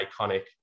iconic